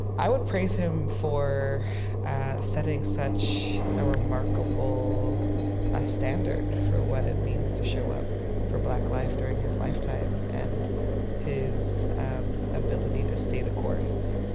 i would praise him for setting such a remarkable ah standard for what it means to show up for black life during his lifetime and his ability to stay the course.